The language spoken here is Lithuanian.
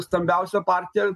stambiausia partija